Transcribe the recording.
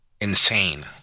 insane